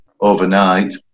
overnight